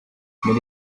muri